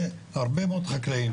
והרבה מאוד חקלאים,